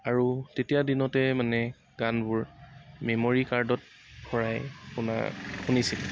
আৰু তেতিয়াৰ দিনতে মানে গানবোৰ মেম'ৰি কাৰ্ডত ভৰাই আপোনাৰ শুনিছিলোঁ